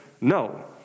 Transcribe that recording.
no